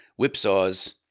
whipsaws